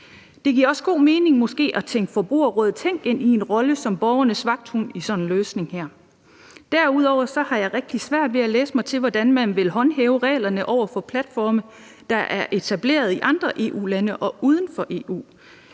Det giver også god mening måske at tænke Forbrugerrådet Tænk ind i en rolle som borgernes vagthund i sådan en løsning her. Derudover har rigtig svært ved at læse mig til, hvordan man vil håndhæve reglerne over for platforme, der er etableret i andre EU-lande og uden for EU.